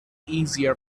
easier